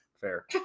Fair